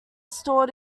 stored